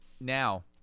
Now